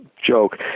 joke